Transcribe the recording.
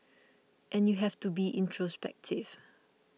and you have to be introspective